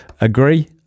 agree